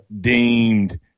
deemed